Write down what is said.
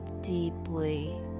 deeply